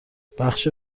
بخش